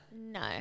no